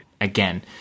again